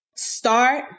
Start